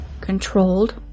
controlled